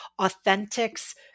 Authentics